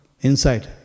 inside